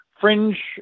fringe